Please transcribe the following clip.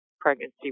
pregnancy